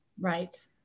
right